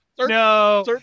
No